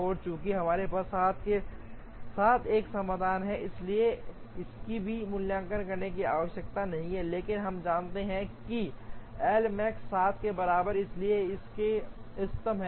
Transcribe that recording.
और चूंकि हमारे पास 7 के साथ एक समाधान है हमें इसकी भी मूल्यांकन करने की आवश्यकता नहीं है लेकिन हम जानते हैं कि एल मैक्स 7 के बराबर इसके लिए इष्टतम है